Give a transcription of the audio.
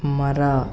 ಮರ